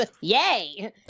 Yay